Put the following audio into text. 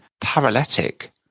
paralytic